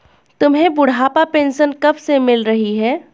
तुम्हें बुढ़ापा पेंशन कब से मिल रही है?